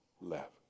left